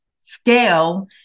scale